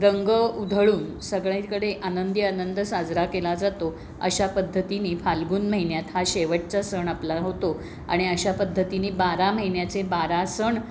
रंग उधळून सगळीकडे आनंदी आनंद साजरा केला जातो अशा पद्धतीने फाल्गुन महिन्यात हा शेवटचा सण आपला होतो आणि अशा पद्धतीने बारा महिन्याचे बारा सण